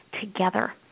together